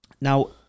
Now